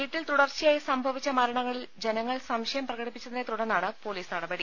വീട്ടിൽ തുടർച്ചയായി സംഭവിച്ച മരണങ്ങളിൽ ജന ങ്ങൾ സംശയം പ്രകടിപ്പിച്ചതിനെ തുടർന്നാണ് പൊലീസ് നടപടി